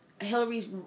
Hillary's